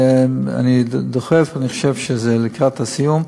אני דוחף, אני חושב שזה לקראת סיום,